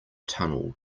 tunnel